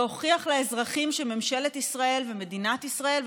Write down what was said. להוכיח לאזרחים שממשלת ישראל ומדינת ישראל,